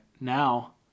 now